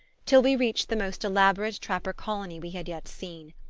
till we reached the most elaborate trapper colony we had yet seen.